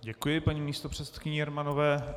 Děkuji paní místopředsedkyni Jermanové.